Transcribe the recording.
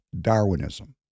Darwinism